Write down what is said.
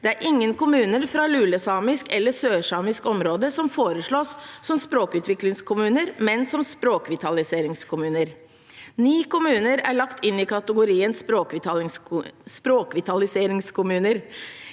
Det er ingen kommuner fra lulesamisk eller sørsamisk område som foreslås som språkutviklingskommuner, men heller som språkvitaliseringskommuner. Ni kommuner er lagt inn i kategorien «språkvitaliseringskommuner».